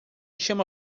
chame